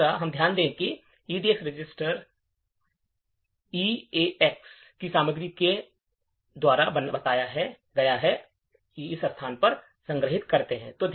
तीसरा हम ध्यान दें कि हम EDX रजिस्टर की सामग्री को EAX रजिस्टर द्वारा बताए गए स्थान पर संग्रहीत कर रहे हैं